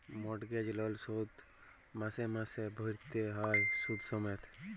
mortgage লল শোধ মাসে মাসে ভ্যইরতে হ্যয় সুদ সমেত